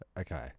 Okay